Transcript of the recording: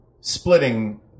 splitting